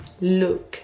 Look